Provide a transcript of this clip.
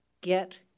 get